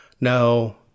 No